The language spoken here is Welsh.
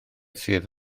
sydd